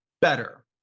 better